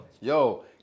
Yo